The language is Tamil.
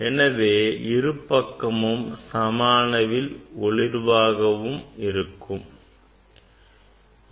எனவே இரு பக்கமும் சம அளவில் ஒளிர்வாக இருப்பதைக் காணலாம்